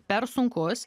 per sunkus